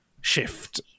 shift